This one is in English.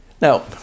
Now